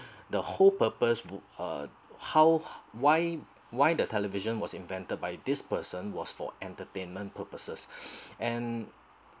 the whole purpose book uh how why why the television was invented by this person was for entertainment purposes and